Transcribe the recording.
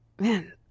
man